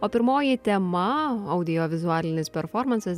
o pirmoji tema audiovizualinis performansas